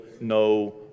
no